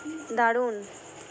দারুন